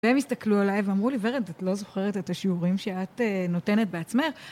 והם הסתכלו עליי ואמרו לי, ורד, את לא זוכרת את השיעורים שאת נותנת בעצמך?